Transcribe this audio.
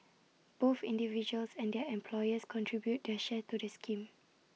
both individuals and their employers contribute their share to the scheme